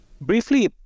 Briefly